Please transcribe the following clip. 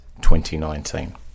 2019